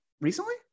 recently